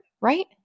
right